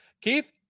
Keith